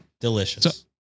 Delicious